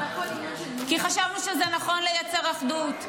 כי חשבנו שזה נכון לייצר אחדות,